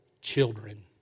children